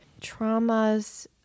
traumas